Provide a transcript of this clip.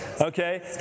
okay